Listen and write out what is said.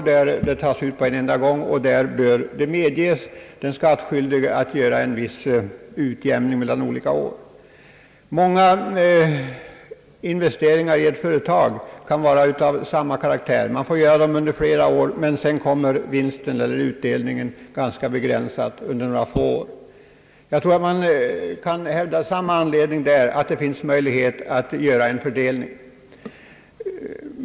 Skogsägaren tar vid avverkningen ut förtjänsten på en gång. Den skattskyldige medges därför en utjämnad beskattning över flera år. Många investeringar i ett företag kan vara av samma karaktär. Man sprider dem över flera år, men vinsten begränsas till några få år. Jag tror att vi även i sådana fall har anledning hävda att det borde finnas möjlighet till en skattefördelning.